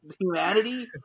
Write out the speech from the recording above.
humanity